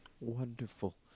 Wonderful